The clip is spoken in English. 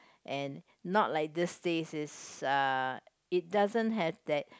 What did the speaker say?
and not like this taste is uh it doesn't have that